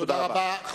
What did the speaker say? תודה רבה.